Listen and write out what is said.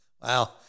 Wow